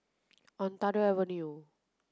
Ontario Avenue